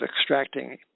extracting